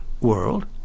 world